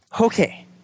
Okay